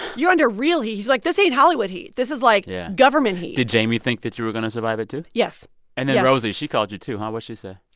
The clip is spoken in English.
you're under real heat. he's like, this ain't hollywood heat. this is like. yeah. government heat did jamie think that you were going to survive it, too? yes and then rosie. she called you, too. what'd she say?